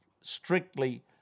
strictly